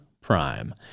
Prime